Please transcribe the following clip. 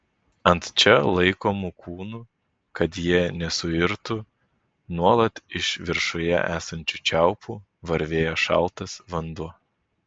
ant čia laikomų kūnų kad jie nesuirtų nuolat iš viršuje esančių čiaupų varvėjo šaltas vanduo